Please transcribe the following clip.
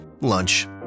Lunch